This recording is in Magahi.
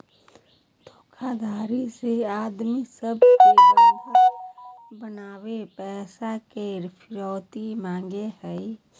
धोखाधडी से आदमी सब के बंधक बनाके पैसा के फिरौती मांगो हय